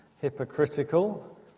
hypocritical